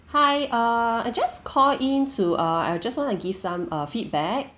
hi err I just call in to uh I just wanna give some uh feedback